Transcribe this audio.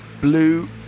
blue